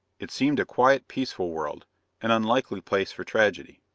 it seemed a quiet, peaceful world an unlikely place for tragedy.